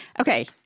Okay